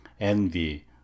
envy